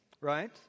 right